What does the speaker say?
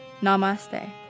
Namaste